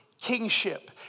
kingship